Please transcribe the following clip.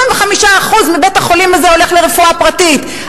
25% מבית-החולים הזה הולך לרפואה פרטית.